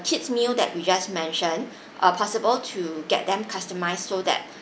kids meal that you just mentioned are possible to get them customised so that